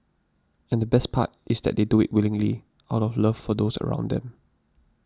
and the best part is that they do it willingly out of love for those around them